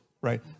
right